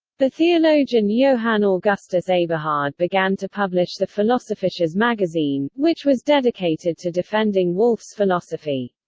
the theologian johann augustus eberhard began to publish the philosophisches magazin, which was dedicated to defending wolff's philosophy.